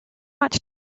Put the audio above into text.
much